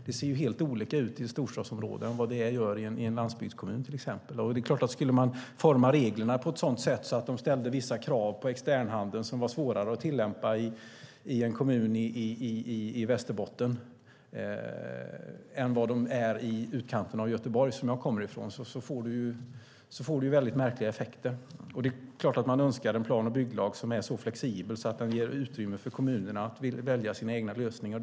Det ser helt olika ut i storstadsområden än vad det gör i till exempel en landsbygdskommun. Skulle man forma reglerna på ett sådant sätt att de ställde vissa krav på externhandeln som var svårare att tillämpa i en kommun i Västerbotten än i utkanterna av Göteborg som jag kommer ifrån får det väldigt märkliga effekter. Det är klart att man önskar en plan och bygglag som är så flexibel att den ger utrymme för kommunerna att välja sina egna lösningar.